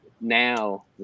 now